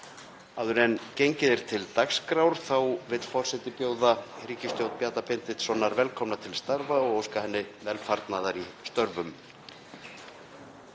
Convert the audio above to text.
Áður en gengið er til dagskrár vill forseti bjóða ríkisstjórn Bjarna Benediktssonar velkomna til starfa og óska henni velfarnaðar í störfum.